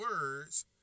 words